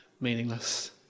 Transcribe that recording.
meaningless